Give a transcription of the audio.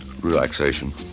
relaxation